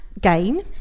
gain